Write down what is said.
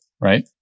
right